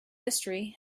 history